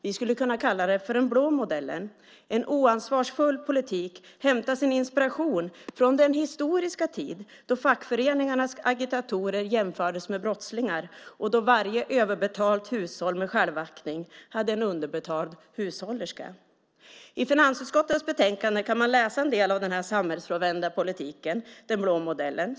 Vi skulle kunna kalla den för den blå modellen, en oansvarsfull politik som hämtar sin inspiration från den historiska tid då fackföreningarnas agitatorer jämfördes med brottslingar och då varje överbetalt hushåll med självaktning hade en underbetald hushållerska. I finansutskottets betänkande kan man läsa en del av den här samhällsfrånvända politiken, den blå modellen.